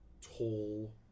tall